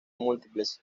múltiples